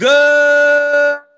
Good